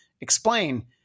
explain